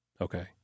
Okay